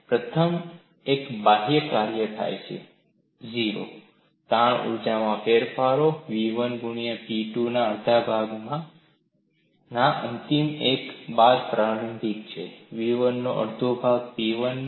પ્રથમ એક બાહ્ય કાર્ય થાય છે 0 તાણ ઊર્જા ફેરફારો v1 ગુણ્યા P2 ના અડધા ભાગમાં અંતિમ એક બાદ પ્રારંભિક છે v1 નો અડધો ભાગ P1 માં